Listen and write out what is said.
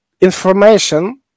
Information